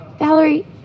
Valerie